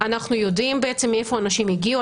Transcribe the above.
אנחנו יודעים מאיפה אנשים הגיעו,